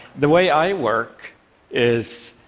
the way i work is.